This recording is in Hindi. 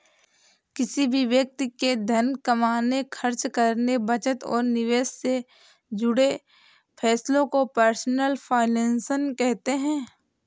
किसी भी व्यक्ति के धन कमाने, खर्च करने, बचत और निवेश से जुड़े फैसलों को पर्सनल फाइनैन्स कहते हैं